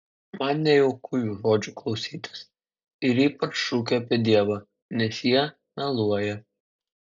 man nejauku jų žodžių klausytis ir ypač šūkio apie dievą nes jie meluoja